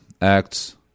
acts